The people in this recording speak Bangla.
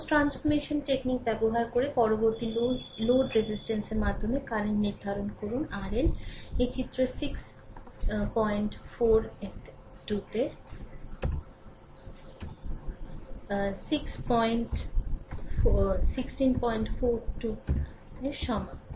সোর্স ট্রান্সফরমেশন টেকনিক ব্যবহার করে পরবর্তী লোড রেজিস্ট্যান্সের মাধ্যমে কারেন্ট নির্ধারণ করুন RL এই চিত্র 416 এর সমান